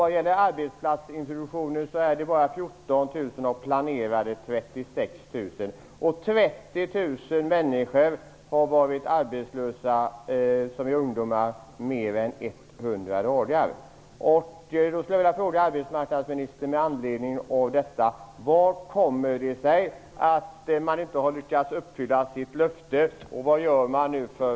Vad gäller arbetsplatsintroduktionen är det bara 14 000 ungdomar av planerade 36 000 som fått platser. 30 000 ungdomar har varit arbetslösa i mer än 100 dagar.